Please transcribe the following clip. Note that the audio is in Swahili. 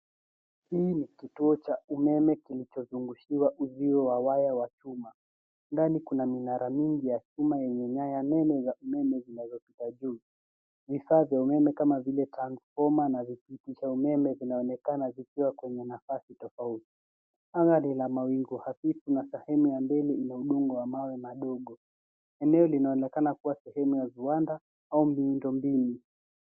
Hii ni kituo cha umeme kilichozungushiwa uzio wa waya wa chuma. Ndani kuna minara mingi ya chuma, yenye nyaya nene za umeme zinazo pita juu. Vifaa vya umeme kama vile transfoma na vipitisha umeme vinaonekana vikiwa kwenye nafasi tofauti. Anga lina mawingu hafifu na sehemu ya mbele ina udongo wa mawe madogo. Eneo linaonekana kuwa sehemu ya viwanda au miundombinu.